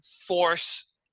force